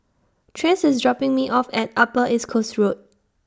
Trace IS dropping Me off At Upper East Coast Road